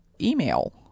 email